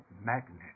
magnet